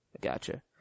Gotcha